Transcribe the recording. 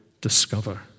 discover